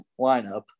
lineup